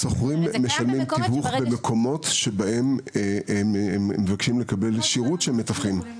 השוכרים משלמים תיווך במקומות שבהם הם מבקשים לקבל שירות של מתווכים.